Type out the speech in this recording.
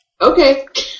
Okay